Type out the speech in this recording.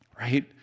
right